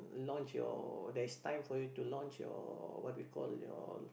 launch your there is time for you to launch your what we call your